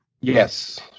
Yes